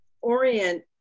orient